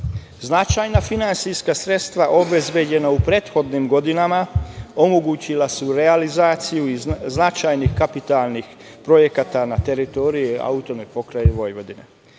dinara. Značajna finansijska sredstva obezbeđena u prethodnim godinama omogućila su realizaciju iz značajnih kapitalnih projekata na teritoriji AP Vojvodine.